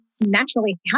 naturally